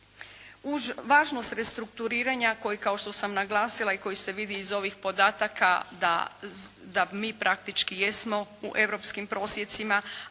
Uz važnosti restrukturiranja koji, kao što sam naglasila i koji se vidi iz ovih podataka, da mi praktički jesmo u europskim prosjecima,